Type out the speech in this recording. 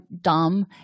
dumb